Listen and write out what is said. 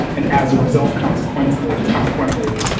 and as a result, consequently, consequently,